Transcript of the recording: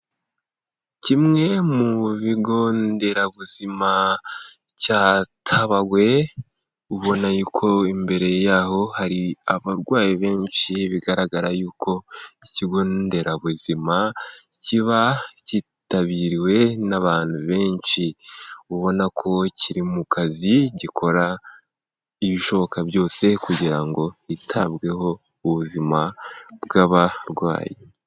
Kimwe mu bigo nderabuzima cya Tabagwe ubonako imbere yaho hari abarwayi benshi bigaragara y'uko ikigo nderabuzima kiba cyitabiriwe n'abantu benshi, ubona ko kiri mu kazi gikora ibishoboka byose kugira ngo hitabweho ubuzima bw'abarwayi.